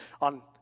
on